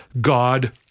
God